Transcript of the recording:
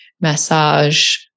massage